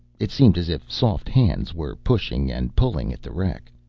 it seemed as if soft hands were pushing and pulling at the wreck.